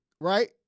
Right